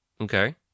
Okay